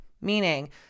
meaning